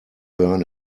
burn